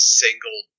single